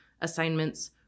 assignments